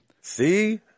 See